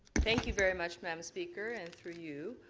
thank you very much, madam speaker. and through you.